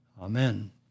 Amen